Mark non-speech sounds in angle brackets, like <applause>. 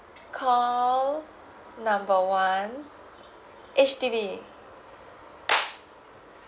call number one H_D_B <noise>